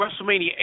WrestleMania